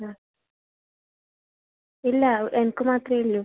ആ ഇല്ല എനിക്ക് മാത്രമേ ഉള്ളൂ